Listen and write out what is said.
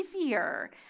easier